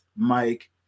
Mike